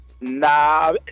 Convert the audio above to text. Nah